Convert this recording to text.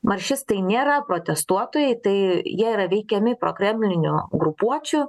maršistai nėra protestuotojai tai jie yra veikiami prokremlinių grupuočių